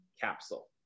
capsule